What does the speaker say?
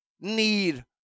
need